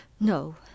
No